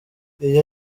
iyo